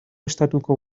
estatuko